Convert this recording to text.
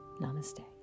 Namaste